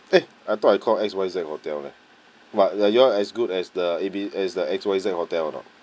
eh I thought I called X Y Z hotel leh but like you all as good as the A B as the X Y Z hotel or not